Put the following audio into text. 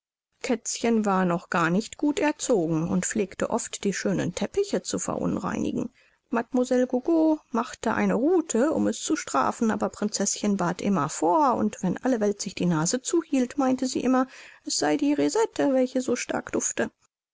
kätzchen war noch gar nicht gut erzogen und pflegte oft die schönen teppiche zu verunreinigen mademoiselle gogo machte eine ruthe um es zu strafen aber prinzeßchen bat immer vor und wenn alle welt sich die nase zuhielt meinte sie immer es sei die resede welche so stark dufte